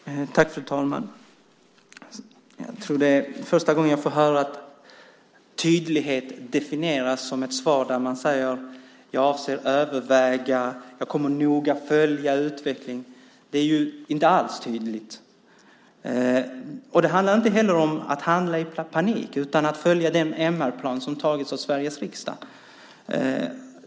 Fru talman! Jag tror att det är första gången jag får höra tydlighet definieras som ett svar där man säger: Jag avser att överväga detta och kommer noga att följa utvecklingen. Det är inte alls tydligt! Det handlar inte heller om att handla i panik, utan om att följa den MR-plan som antagits av Sveriges riksdag.